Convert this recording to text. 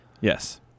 Yes